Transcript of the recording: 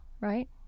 right